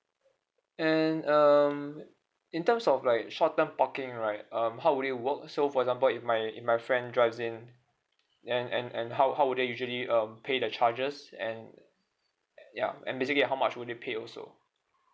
and um in terms of like short term parking right um how would it works so for example if my if my friend drives in and and and how how would they usually um pay the charges and and ya and basically how much would they pay also